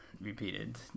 repeated